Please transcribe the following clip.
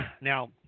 Now